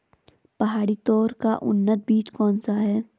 पहाड़ी तोर का उन्नत बीज कौन सा है?